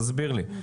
תסביר לי.